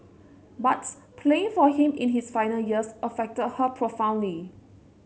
but playing for him in his final years affected her profoundly